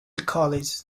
college